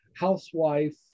housewife